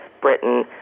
Britain